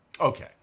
Okay